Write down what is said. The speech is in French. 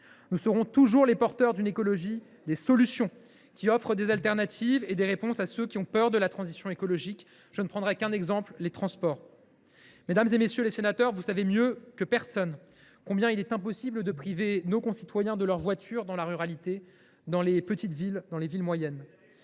Nous serons toujours les porteurs d’une écologie des solutions, qui offre des alternatives et apporte des réponses à ceux qui ont peur de la transition écologique. Je ne prendrai qu’un seul exemple : les transports. Mesdames, messieurs les sénateurs, vous savez mieux que personne qu’il est impossible de priver nos concitoyens de leurs voitures dans la ruralité, dans les petites villes, dans les villes moyennes.